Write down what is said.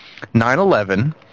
9-11